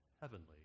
heavenly